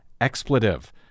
Expletive